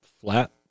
flat